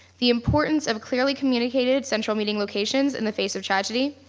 the importance of clearly communicated central meeting locations in the face of tragedy,